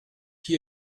qui